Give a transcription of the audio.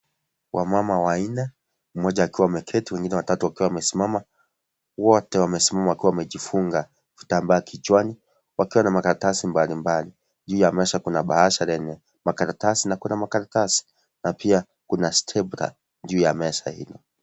Wamama wanne. Mmoja akiwa ameketi wengine watatu wakiwa wamesimama. Wote wamesimama wakiwa wamejifunga, vitambaa kichwani. Wakiwa na makaratasi mbali mbali, juu ya meza kuna baasha lene makaratasi na kuna makaratasi na pia kuna stepla juu ya meza hiyo.